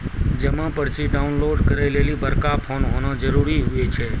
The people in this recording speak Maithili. जमा पर्ची डाउनलोड करे लेली बड़का फोन होना जरूरी हुवै छै